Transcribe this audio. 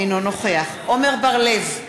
אינו נוכח עמר בר-לב,